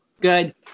good